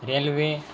railway